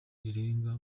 rirenga